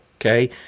okay